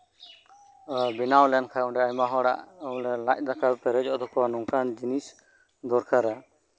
ᱵᱮᱱᱟᱣ ᱞᱮᱱᱠᱷᱟᱱ ᱟᱭᱢᱟ ᱦᱚᱲᱟᱜ ᱵᱚᱞᱮ ᱞᱟᱡ ᱫᱟᱠᱟ ᱯᱮᱨᱮᱡᱚᱜ ᱛᱟᱠᱚᱣᱟ ᱱᱚᱝᱠᱟᱱ ᱡᱤᱱᱤᱥ ᱫᱚᱨᱠᱟᱨᱟ